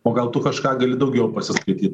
o gal tu kažką gali daugiau pasiskaityt